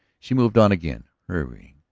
she moved on again, hurrying.